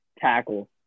tackle